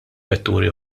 vetturi